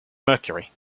mercury